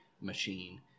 machine